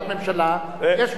יש בעניין אחר ביצוע.